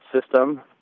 system